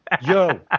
Yo